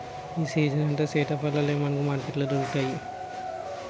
ఈ సీజనంతా సీతాఫలాలే మనకు మార్కెట్లో దొరుకుతాయి